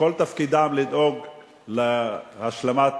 שכל תפקידם לדאוג להשלמת